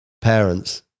Parents